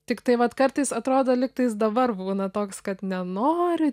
tiktai vat kartais atrodo lyg tais dabar būna toks kad nenoriu